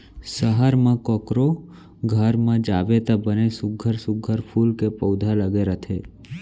सहर म कोकरो घर म जाबे त बने सुग्घर सुघ्घर फूल के पउधा लगे रथे